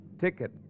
Ticket